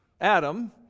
Adam